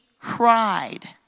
cried